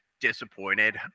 disappointed